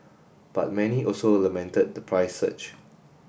but many also lamented the price surge